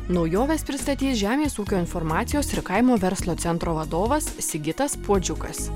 naujoves pristatys žemės ūkio informacijos ir kaimo verslo centro vadovas sigitas puodžiukas